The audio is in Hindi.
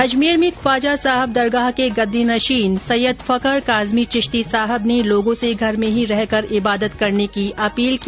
अजमेर में ख्वाजा साहब दरगाह के गद्दी नशीन सैयद फखर काजमी चिश्ती साहब ने लोगों से घर में ही रहकर इबादत करने की अपील की